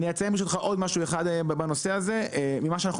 אני אציין עוד משהו בנושא הזה: ממה שאנחנו